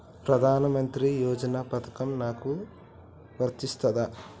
ప్రధానమంత్రి యోజన పథకం నాకు వర్తిస్తదా?